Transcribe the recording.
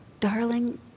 Darling